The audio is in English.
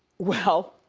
well.